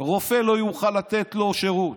רופא לא יוכל לתת לו שירות,